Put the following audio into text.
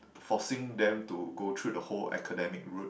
forcing them to go through the whole academic route